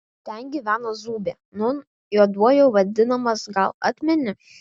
ten gyveno zūbė nūn juoduoju vadinamas gal atmeni